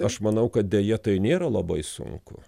aš manau kad deja tai nėra labai sunku